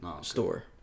store